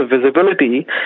visibility